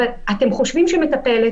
אבל אתם חושבים שמטפלת,